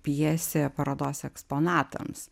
pjesė parodos eksponatams